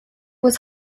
was